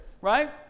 right